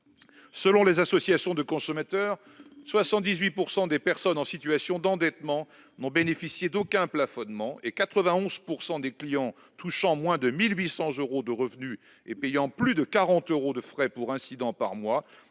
Selon les associations de consommateurs, 78 % des personnes en situation d'endettement n'ont bénéficié d'aucun plafonnement et 91 % des clients touchant moins de 1 800 euros de revenus et payant plus de 40 euros de frais pour incidents par mois